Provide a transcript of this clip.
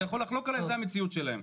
אתה יכול לחלוק עליי, זאת המציאות שלהם.